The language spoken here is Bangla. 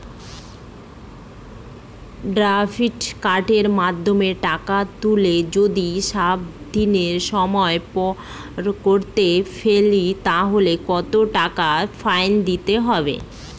ক্রেডিট কার্ডের মাধ্যমে টাকা তুললে যদি সর্বাধিক সময় পার করে ফেলি তাহলে কত টাকা ফাইন হবে?